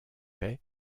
paix